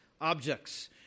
objects